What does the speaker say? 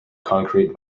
concrete